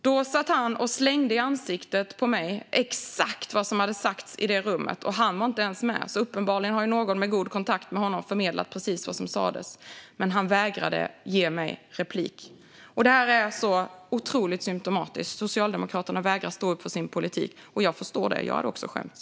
Då satt han och slängde i ansiktet på mig exakt vad som hade sagts i det rummet. Och han var inte ens med, så uppenbarligen har någon med god kontakt med honom förmedlat precis vad som sas. Men han vägrade att ge mig möjlighet till replik. Det här är så otroligt symtomatiskt för hur Socialdemokraterna vägrar att stå upp för sin politik. Och jag förstår det; jag hade också skämts.